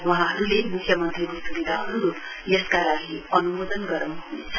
वहाँहरूले मुख्यमन्त्रीको सुविधा अनुरूप यसका लागि अनुमोदन गराउनु ह्नेछ